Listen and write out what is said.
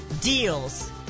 deals